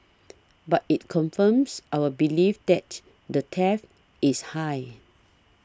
but it confirms our belief that the threat is high